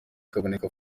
kaboneka